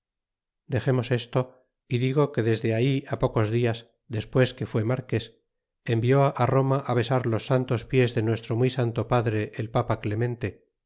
dexemos esto y digo que desde ahí pocos dias despees que fué marques envió á roma á besar los santos pies de nuestro muy santo padre el papa clemente